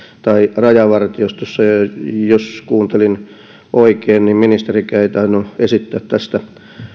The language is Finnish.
tai rajavartiostossa jos kuuntelin oikein niin ministerikään ei tainnut esittää tästä